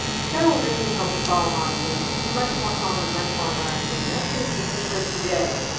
so and will really help you follow along and make things much more calm and much more relaxing, and that's gonna be the theme of today.